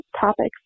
topics